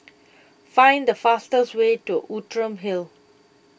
find the fastest way to Outram Hill